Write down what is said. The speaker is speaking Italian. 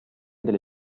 delle